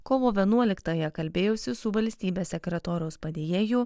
kovo vienuoliktąją kalbėjausi su valstybės sekretoriaus padėjėju